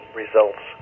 results